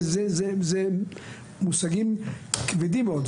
אלה מושגים כבדים מאוד.